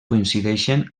coincideixen